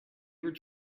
ever